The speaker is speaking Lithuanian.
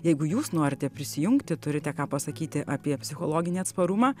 jeigu jūs norite prisijungti turite ką pasakyti apie psichologinį atsparumą